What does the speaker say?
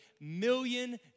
million